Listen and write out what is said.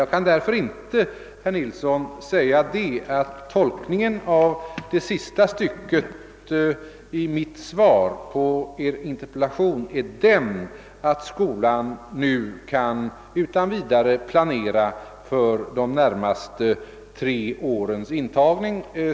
Jag kan därför inte, herr Nilsson, säga att innebörden av det sista styc ket i mitt svar på Er interpellation är att skolan nu utan vidare kan planera för de närmaste tre årens intagning.